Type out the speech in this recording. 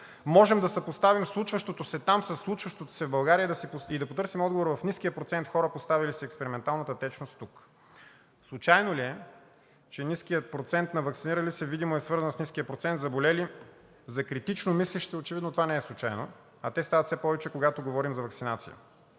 можем да съпоставим случващото се там със случващото се в България и да потърсим отговор в ниския процент хора, поставили си експерименталната течност тук. Случайно ли е, че ниският процент на ваксинирали се видимо е свързан с ниския процент заболели? За критично мислещите очевидно това не е случайно, а те стават все повече, когато говорим за ваксинация.